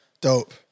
Dope